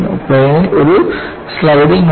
പ്ലെയിനിൽ ഒരു സ്ലൈഡിംഗ് ഉണ്ട്